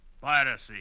Piracy